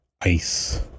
ice